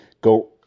go